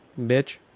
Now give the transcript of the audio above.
Bitch